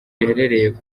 riherereye